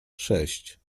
sześć